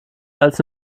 als